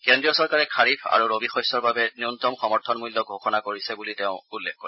কেন্দ্ৰীয় চৰকাৰে খাৰিফ আৰু ৰবিসশ্যৰ বাবে ন্যনতম সমৰ্থন মূল্য ঘোষণা কৰিছে বুলি তেওঁ উল্লেখ কৰে